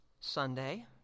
Sunday